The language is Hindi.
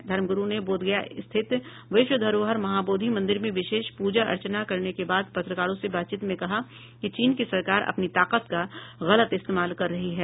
धर्मगुरू ने बोधगया स्थित विश्व धरोहर महाबोधि मंदिर में विशेष प्रजा अर्चना करने के बाद पत्रकारों से बातचीत में कहा कि चीन की सरकार अपनी ताकत का गलत इस्तेमाल कर रही है